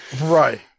Right